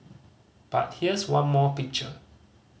but here's one more picture